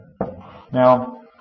Now